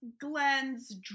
glenn's